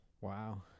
Wow